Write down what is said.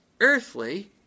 earthly